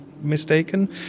mistaken